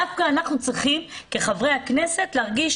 דווקא אנחנו כחברי הכנסת צריכים להרגיש